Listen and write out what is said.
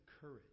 courage